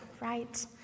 right